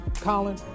Colin